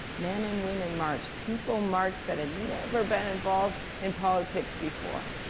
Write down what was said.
men and women marched. people marched that had never been involved in politics before.